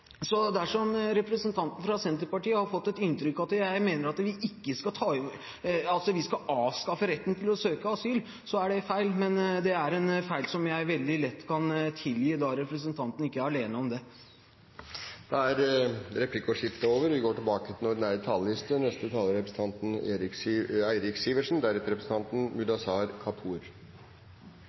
Så dersom representanten fra Senterpartiet har fått et inntrykk av at jeg mener at vi skal avskaffe retten til å søke asyl, er det feil. Men det er en feil som jeg veldig lett kan tilgi, da representanten ikke er alene om det. Replikkordskiftet er over. Det er bred enighet i denne salen om at de som kommer til